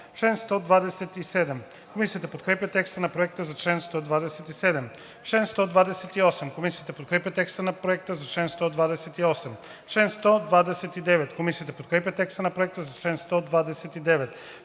Комисията подкрепя текста на Проекта за чл.